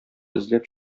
эзләп